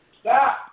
Stop